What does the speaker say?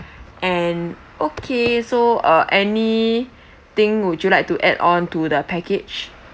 and okay so uh any thing would you like to add on to the package